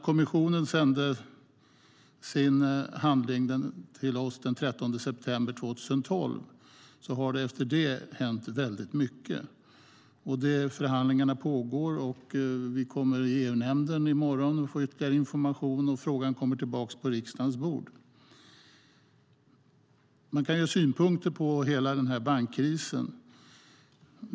Kommissionen sände sin handling till oss den 13 september 2012. Därefter har det hänt mycket. Förhandlingarna pågår, och vi kommer att få ytterligare information i EU-nämnden i morgon. Frågan kommer tillbaka till riksdagen. Man kan ha synpunkter på bankkrisen.